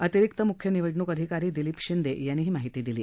अतिरिक्त मुख्य निवडणूक अधिकारी दिलीप शिंदे यांनी ही माहिती दिली